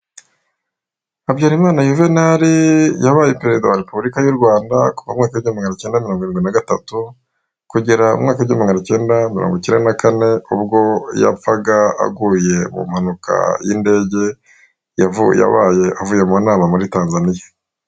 Habyarimana Juvenal yabaye perezida wa Repubulika y'u Rwanda, kuva mu mwaka w'igihumbi kimwe magana kenda mirongo irindwi na gatatu, kugera mu mwaka w'igihumbi kimwe magana cyenda mirongo kenda na kane, ubwo yapfaga aguye mu mpanuka y'indege, yabaye avuye mu nama muri Tanzania.